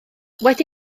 wedi